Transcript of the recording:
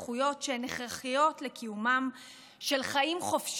וזכויות שהן הכרחיות לקיומם של חיים חופשיים,